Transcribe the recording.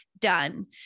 done